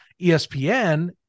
espn